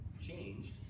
changed